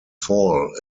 fall